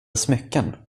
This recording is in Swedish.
smycken